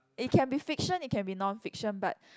it can be fiction it can be non fiction but